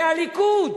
זה הליכוד.